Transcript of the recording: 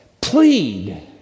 Plead